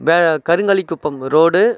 பே Karungalikuppam road